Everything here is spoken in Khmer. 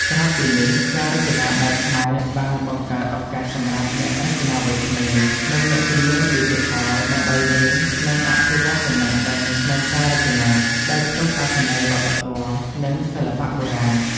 ក្រៅពីនេះ ការរចនាបែបខ្មែរបានបង្កើតឱកាសសម្រាប់អ្នករចនាវ័យក្មេង និងអ្នកជំនាញឌីជីថល ដើម្បីរៀន និងអភិវឌ្ឍចំណេះដឹងក្នុងការរចនាដោយផ្ទុកអត្ថន័យវប្បធម៌ និងសិល្បៈបុរាណ។